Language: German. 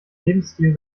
lebensstil